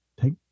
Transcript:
take